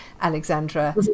Alexandra